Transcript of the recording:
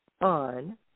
on